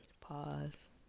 Pause